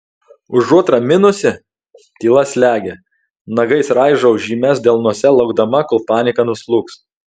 užuot raminusi tyla slegia nagais raižau žymes delnuose laukdama kol panika nuslūgs